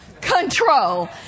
control